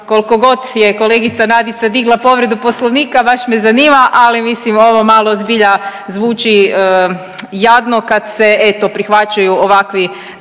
kolko god je kolegica Nadica digla povredu poslovnika baš me zanima, ali mislim ovo malo zbilja zvuči jadno kad se eto prihvaćaju ovakvi